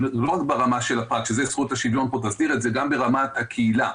לא רק ברמה של הפרט שאת זה זכות השוויון תסדיר אלא גם ברמת הקהילה.